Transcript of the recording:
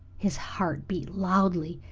his heart beat loudly,